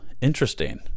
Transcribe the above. interesting